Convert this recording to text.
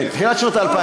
כן, תחילת שנות ה-2000.